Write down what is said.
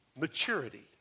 maturity